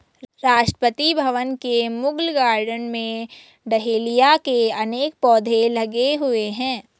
राष्ट्रपति भवन के मुगल गार्डन में डहेलिया के अनेक पौधे लगे हुए हैं